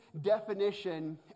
definition